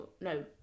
no